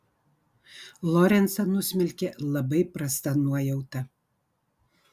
lorencą nusmelkė labai prasta nuojauta